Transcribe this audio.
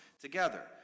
together